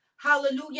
Hallelujah